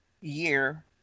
year